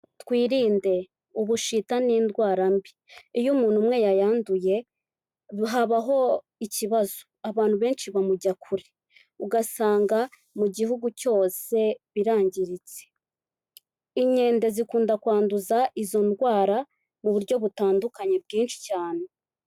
Twirinde ubushita n'indwara mbi, iyo umuntu umwe yayanduye habaho ikibazo abantu benshi bamujya kure, ugasanga mu gihugu cyose birangiritse. Inkende zikunda kwanduza izo ndwara mu buryo butandukanye bwinshi cyane.